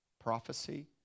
prophecy